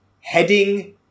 heading